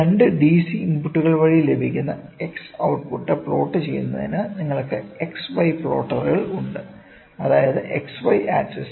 രണ്ട് ഡിസി ഇൻപുട്ടുകൾ വഴി ലഭിക്കുന്ന X ഔട്ട് പുട്ട് പ്ലോട്ട് ചെയ്യുന്നതിന് നിങ്ങൾക്ക് എക്സ്വൈ പ്ലോട്ടറുകളുണ്ട് അതായത് എക്സ് വൈ ആക്സിസ്